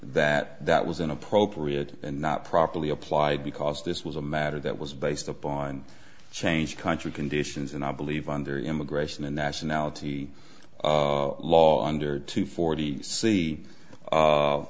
that that was inappropriate and not properly applied because this was a matter that was based upon change country conditions and i believe under immigration and nationality law under two forty